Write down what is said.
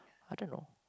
I don't know